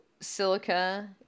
silica